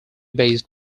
based